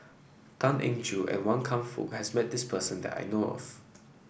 Tan Eng Joo and Wan Kam Fook has met this person that I know of